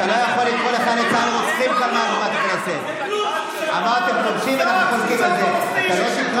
לא, אמרת "כובשים", אני לא שמעתי "רוצחים".